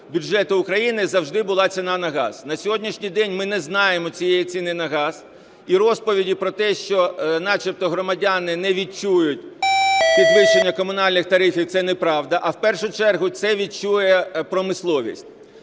бюджету України завжди була ціна на газ. На сьогоднішній день ми не знаємо цієї ціни на газ, і розповіді про те, що начебто громадяни не відчують підвищення комунальних тарифів, це неправда. А в першу чергу – це відчує промисловість.